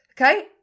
okay